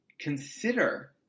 consider